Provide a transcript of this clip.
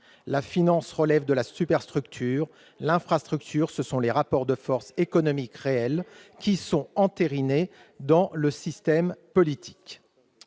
la finance relève de la superstructure ; l'infrastructure, ce sont les rapports de force économiques réels, qui sont entérinés par le système politique.